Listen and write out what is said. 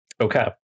Okay